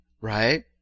right